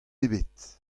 ebet